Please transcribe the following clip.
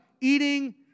Eating